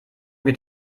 geht